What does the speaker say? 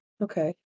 Okay